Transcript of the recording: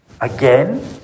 Again